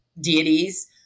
deities